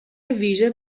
ویژه